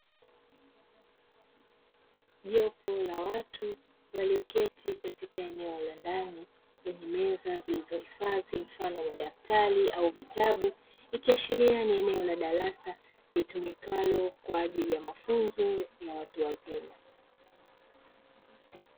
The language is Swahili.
Jopo la watu, walioketi katika eneo la ndani lenye meza zilizohifadhi mfano wa madaftari na vitabu. Ikiashiria ni eneo la darasa litumikalo kwa ajili ya mafunzo ya ufundi ya watu wazima.